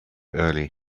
early